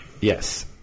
Yes